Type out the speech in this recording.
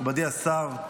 מכובדי השר,